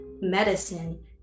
medicine